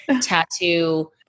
tattoo